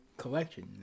collection